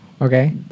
Okay